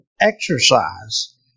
exercise